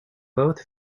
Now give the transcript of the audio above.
both